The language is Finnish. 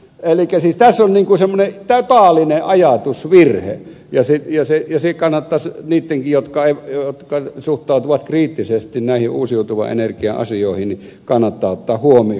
elikkä siis tässä on semmoinen totaalinen ajatusvirhe ja se kannattaisi niittenkin jotka suhtautuvat kriittisesti näihin uusiutuvan energian asioihin ottaa huomioon